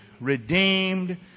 redeemed